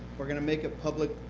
we're going to make it public